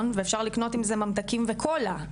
ואפשר לקנות עם זה גם ממתקים וקולה,